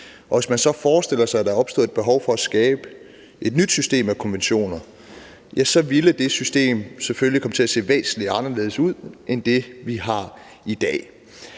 og hvis man forestillede sig, at der var opstået et behov for at skabe et nyt system af konventioner, ville det system selvfølgelig komme til at se væsentlig anderledes ud end det, vi har i dag.